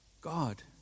God